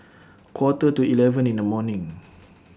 A Quarter to eleven in The morning